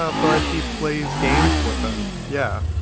ah but he plays games with them yeah,